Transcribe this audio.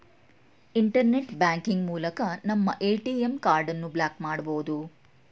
internet banking ಮೂಲಕ ನಮ್ಮ ATM ಕಾರ್ಡನ್ನು ಬ್ಲಾಕ್ ಮಾಡಬೊದು